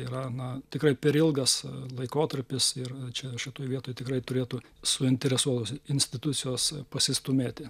yra na tikrai per ilgas laikotarpis ir čia šitoj vietoj tikrai turėtų suinteresuotos institucijos pasistūmėti